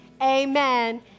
amen